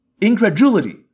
Incredulity